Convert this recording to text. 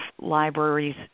libraries